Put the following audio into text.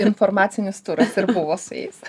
informacinis turas ir buvo su jais